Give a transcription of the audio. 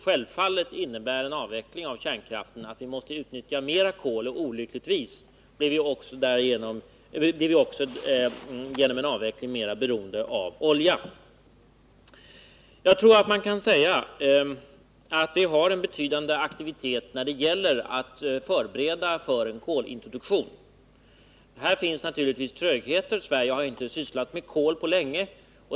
Självfallet innebär en avveckling av kärnkraften att vi måste utnyttja mer kol, och olyckligtvis blir vi genom en avveckling av kärnkraften också mer beroende av oljan. Jag tror att man kan påstå att det förekommer en betydande aktivitet med förberedelser för en kolintroduktion. Det förekommer naturligtvis en viss tröghet. Sverige har inte sysslat med kol på länge.